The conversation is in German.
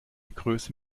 größe